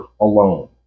alone